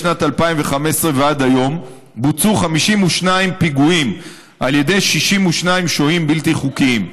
משנת 2015 ועד היום בוצעו 52 פיגועים על ידי 62 שוהים בלתי חוקיים.